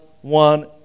one